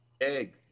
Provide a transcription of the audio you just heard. egg